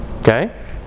Okay